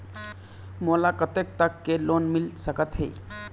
मोला कतेक तक के लोन मिल सकत हे?